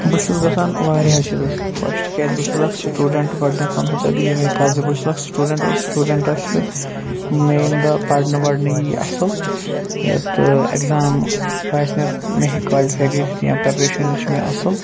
بہٕ چھُس گژھان وایَہو چیٖزو سۭتۍ خۄش تِکیٛازِ بہٕ چھُ اَکھ سٹوٗڈنٛٹ گۄڈنٮ۪تھ وَنہو تۄہہِ بہٕ یِہٕے کَتھ زِ بہٕ چھُس اَکھ سٹوٗڈںٛٹ اور سٹوٗڈنٛٹَس چھُ مےٚ ییٚمہِ دۄہ پرنہٕ وَرنہٕ یی اَصٕل یہِ تہٕ اٮ۪کزام آسہِ مےٚ مےٚ ہیٚکہِ کالِفَے گٔژھِتھ یا پرٛٮ۪پریشَنٕز چھِ مےٚ اَصٕل